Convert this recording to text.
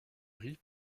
riz